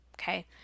okay